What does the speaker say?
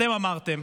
אתם אמרתם: